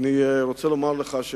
ואני רוצה לומר לך: